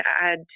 add